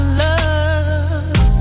love